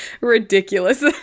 ridiculous